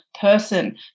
person